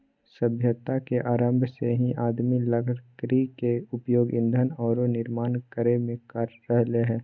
सभ्यता के आरंभ से ही आदमी लकड़ी के उपयोग ईंधन आरो निर्माण कार्य में कर रहले हें